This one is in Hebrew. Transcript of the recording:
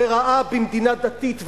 וראה במדינה דתית,